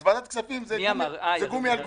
אז ועדת הכספים זה גומי על גומי.